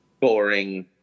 boring